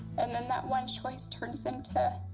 and then that one choice turns into